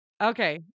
Okay